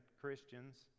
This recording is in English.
Christians